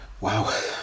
Wow